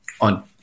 on